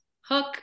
hook